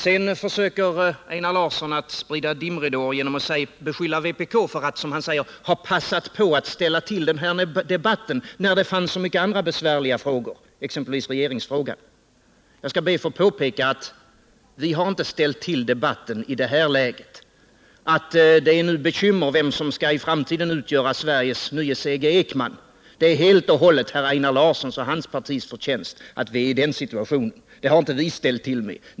Sedan försöker Einar Larsson sprida dimridåer genom att beskylla vpk för att, som han säger, ha passat på att ställa till den här debatten när det finns så många andra besvärliga frågor, exempelvis regeringsfrågan. Jag skall be att få påpeka att vi inte har ställt till debatten i det här läget. Att man nu har bekymmer om vem som i framtiden skall utgöra Sveriges nye C. G. Ekman är helt och hållet herr Einar Larssons och hans partis förtjänst. Den situationen har inte vi ställt till med.